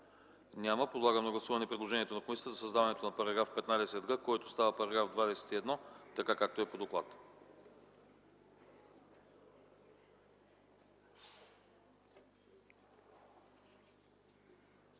няма. Подлагам на гласуване предложението на комисията за създаването на § 18а, който става § 26, така както е по доклад.